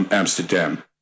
Amsterdam